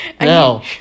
Now